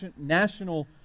national